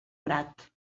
grat